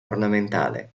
ornamentale